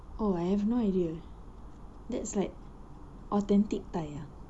oh I have no idea that's like authentic thai ah